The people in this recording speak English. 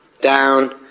down